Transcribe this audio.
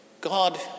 God